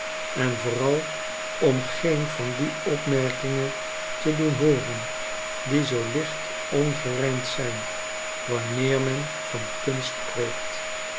en vooral om geen van die opmerkingen te doen hooren die zoo licht ongerijmd zijn wanneer men van kunst spreekt